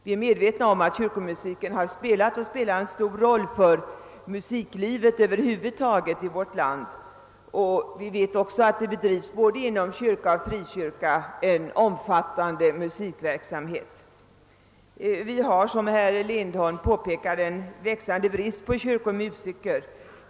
Vi är medvetna om att kyrkomusiken har spelat och spelar en stor roll för musiklivet över huvud taget i vårt land, och vi vet också att det inom både kyrka och frikyrka bedrivs en omfattande musikverksamhet. Vi har, som herr Lindholm påpekade, en växande brist på kyrkomusiker.